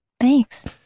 Thanks